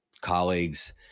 colleagues